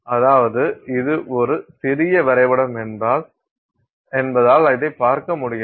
அதாவது இது ஒரு சிறிய வரைபடம் என்பதால் இதைப் பார்க்க முடிகிறது